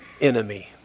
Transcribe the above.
enemy